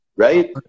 Right